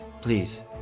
Please